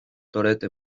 torete